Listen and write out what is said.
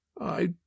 I